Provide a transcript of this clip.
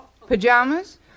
Pajamas